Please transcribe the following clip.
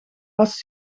was